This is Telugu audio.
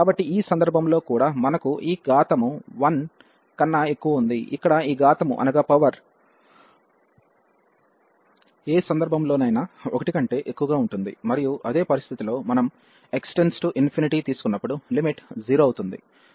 కాబట్టి ఈ సందర్భంలో కూడా మనకు ఈ ఘాతము 1 కన్నా ఎక్కువ ఉంది ఇక్కడ ఈ ఘాతము x ఏ సందర్భంలోనైనా 1 కంటే ఎక్కువగా ఉంటుంది మరియు అదే పరిస్థితిలో మనం x→∞ తీసుకున్నప్పుడు లిమిట్ 0 అవుతుంది